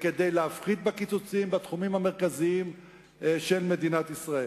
וכדי להפחית את הקיצוצים בתחומים המרכזיים של מדינת ישראל.